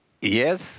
Yes